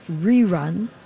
rerun